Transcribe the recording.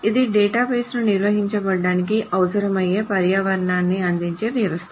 ఇది డేటాబేస్ ను నిర్వహించడానికి అవసరమయ్యే పర్యావరణాన్ని అందించే వ్యవస్థ